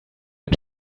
ein